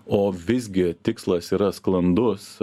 o visgi tikslas yra sklandus